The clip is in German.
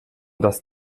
das